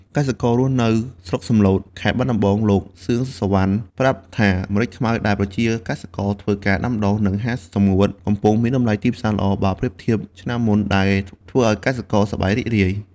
កសិកររស់នៅស្រុកសំឡូត ខេត្តបាត់ដំបង លោក សឿម សុវណ្ណ ប្រាប់ថា ម្រេចខ្មៅដែលប្រជាកសិករធ្វើការដាំដុះ និងហាលសម្ងួត កំពុងមានតម្លៃទីផ្សារល្អ បើប្រៀបធៀបឆ្នាំមុន ដែលធ្វើឲ្យកសិករសប្បាយរីករាយ។